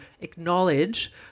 acknowledge